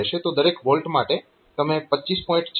તો દરેક વોલ્ટ માટે તમે 25